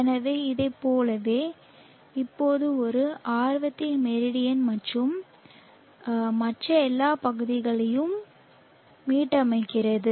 எனவே இதைப் போலவே இப்போது அது ஆர்வத்தின் மெரிடியன் மற்றும் மற்ற எல்லா பகுதிகளையும் மீட்டமைக்கிறது